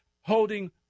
holding